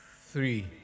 three